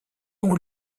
ont